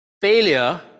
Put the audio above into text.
failure